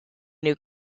new